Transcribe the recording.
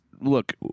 Look